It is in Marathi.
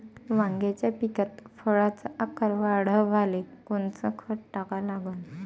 वांग्याच्या पिकात फळाचा आकार वाढवाले कोनचं खत टाका लागन?